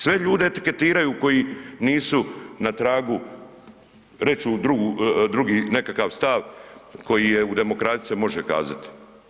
Sve ljude etiketiraju koji nisu na tragu reći drugi nekakav stav koji u demokraciji se može kazati.